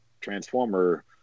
transformer